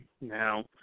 Now